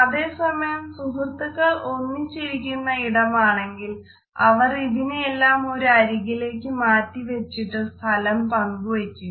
അതേ സമയം സുഹൃത്തുക്കൾ ഒന്നിച്ചിരിക്കുന്ന ഇടമാണെങ്കിൽ അവർ ഇതിനെയെല്ലാം ഒരു അരികിലേക്ക് മാറ്റിവച്ചിട്ട് സ്ഥലം പങ്കുവയ്ക്കുന്നു